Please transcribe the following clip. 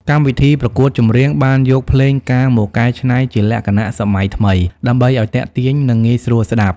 កម្មវិធីប្រកួតចម្រៀងបានយកភ្លេងការមកកែច្នៃជាលក្ខណៈសម័យថ្មីដើម្បីឲ្យទាក់ទាញនិងងាយស្រួលស្ដាប់។